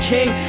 King